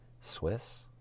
Swiss